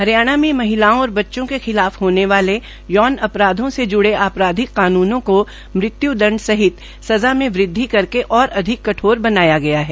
हरियाणा में महिलाओं और बच्चों के खिलाफ होने वाले यौन अपराधों से जुड़े आपराधिक कानूनों को मृत्यू दंड सहित सज़ा में वृदवि करके और अधिक कठोर बनाया गया है